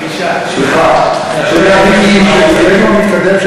בגילנו המתקדם,